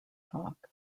talk